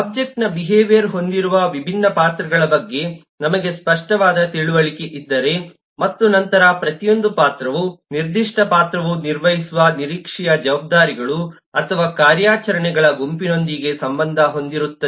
ಒಬ್ಜೆಕ್ಟ್ನ ಬಿಹೇವಿಯರ್ ಹೊಂದಿರುವ ವಿಭಿನ್ನ ಪಾತ್ರಗಳ ಬಗ್ಗೆ ನಮಗೆ ಸ್ಪಷ್ಟವಾದ ತಿಳುವಳಿಕೆ ಇದ್ದರೆ ಮತ್ತು ನಂತರ ಪ್ರತಿಯೊಂದು ಪಾತ್ರವು ನಿರ್ದಿಷ್ಟ ಪಾತ್ರವು ನಿರ್ವಹಿಸುವ ನಿರೀಕ್ಷೆಯ ಜವಾಬ್ದಾರಿಗಳು ಅಥವಾ ಕಾರ್ಯಾಚರಣೆಗಳ ಗುಂಪಿನೊಂದಿಗೆ ಸಂಬಂಧ ಹೊಂದಿರುತ್ತದೆ